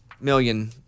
million